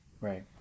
Right